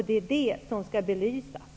Det är det som skall belysas.